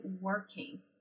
working